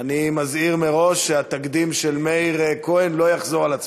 אני מזהיר מראש שהתקדים של מאיר כהן לא יחזור על עצמו.